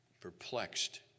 perplexed